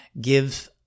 give